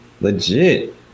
legit